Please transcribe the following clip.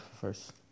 First